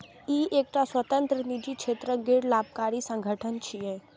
ई एकटा स्वतंत्र, निजी क्षेत्रक गैर लाभकारी संगठन छियै